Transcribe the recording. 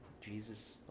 Jesus